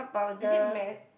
is it matte